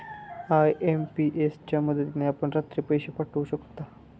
IMPS च्या मदतीने आपण रात्री पैसे पाठवू शकता